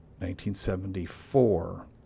1974